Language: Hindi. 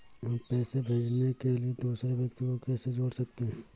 हम पैसे भेजने के लिए दूसरे व्यक्ति को कैसे जोड़ सकते हैं?